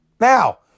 Now